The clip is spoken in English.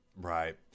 Right